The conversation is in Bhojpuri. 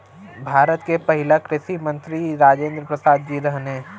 भारत के पहिला कृषि मंत्री राजेंद्र प्रसाद जी रहने